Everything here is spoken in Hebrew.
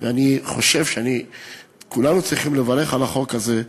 אני חושב שכולנו צריכים לברך על החוק הזה.